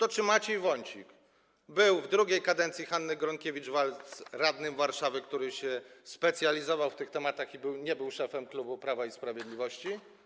A czy Maciej Wąsik był w drugiej kadencji Hanny Gronkiewicz-Waltz radnym Warszawy, który specjalizował się w tych tematach, i czy nie był szefem klubu Prawa i Sprawiedliwości?